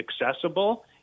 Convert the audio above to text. accessible